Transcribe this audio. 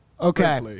Okay